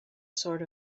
sort